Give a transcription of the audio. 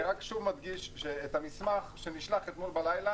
אני רק שוב מדגיש שאת המסמך שנשלח אתמול בלילה,